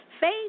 Faith